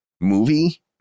movie